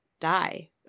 Die